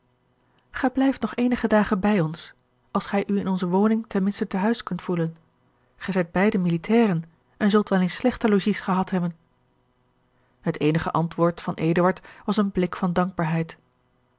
gij blijft nog eenige dagen bij ons als gij u in onze woning ten minste te huis kunt gevoelen gij zijt beide militairen en zult wel eens slechter logies gehad hebben het eenige antwoord van eduard was een blik van dankbaarheid